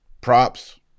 Props